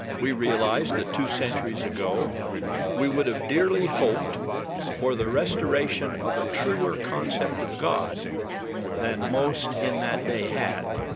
we realized that two centuries ago we would have dearly hoped for the restoration of a truer concept of god than most in that day had,